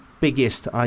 biggest